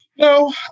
No